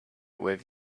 with